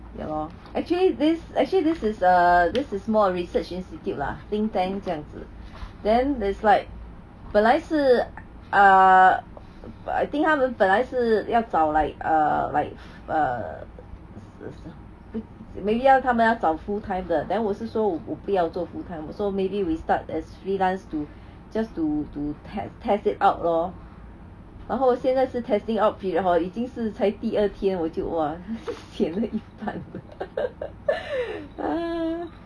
ya lor actually this actually this is a this is more research institute lah link ten 这样子 then it's like 本來是 err I think 他们本来是要找 like err like err maybe 他们要找 full time 的 then 我是说我不要做 full time 我说 maybe we start as freelance to just to to te~ test it out lor 然后现在是 testing out period hor 已经是才第二天我就 !wah! sian 了一半 ah